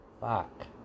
Fuck